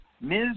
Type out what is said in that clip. Ms